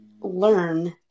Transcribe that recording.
learn